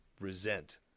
resent